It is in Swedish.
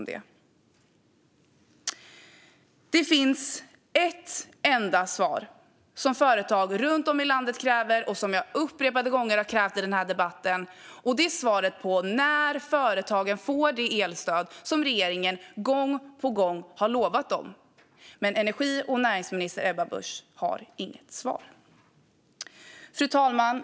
Det finns ett enda svar som företag runt om i landet kräver och som jag upprepade gånger har krävt i debatten, och det är svaret på frågan om när företagen får det elstöd som regeringen gång på gång har lovat dem. Men energi och näringsminister Ebba Busch har inget svar. Fru talman!